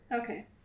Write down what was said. Okay